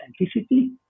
authenticity